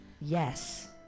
Yes